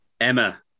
Emma